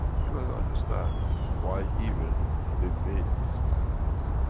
you got to understand why even they made these fastings.